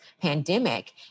pandemic